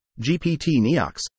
GPT-NEOX